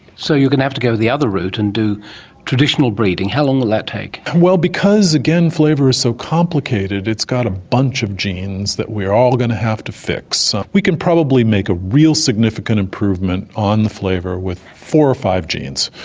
so you're going to have to go the other route and do traditional breeding. how long will that take? and well, because, again, flavour is so complicated, it's got a bunch of genes that we are all going to have to fix. we can probably make a real significant improvement on the flavour with four or five genes,